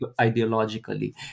ideologically